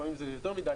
לפעמים זה יותר מדי,